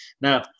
Now